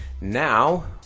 Now